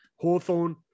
Hawthorne